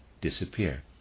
disappear